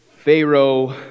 Pharaoh